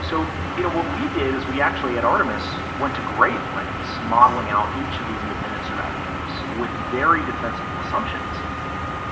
so you know what we did is we actually at artemis went to great lengths modeling out each of these independent strategies with very defensible assumptions